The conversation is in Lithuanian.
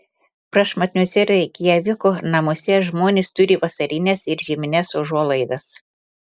prašmatniuose reikjaviko namuose žmonės turi vasarines ir žiemines užuolaidas